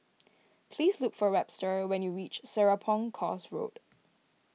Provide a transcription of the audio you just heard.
please look for Webster when you reach Serapong Course Road